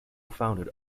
founded